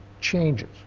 changes